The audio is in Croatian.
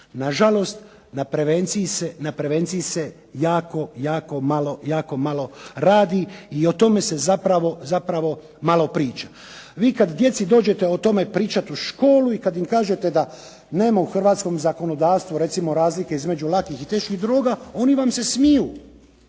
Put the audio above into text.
Nažalost, na prevenciji se jako malo radi i o tome se zapravo malo priča. Vi kad djeci dođete o tome pričati u školu i kad im kažete da nema u hrvatskom zakonodavstvu razlike između lakih i teških droga oni vam se smiju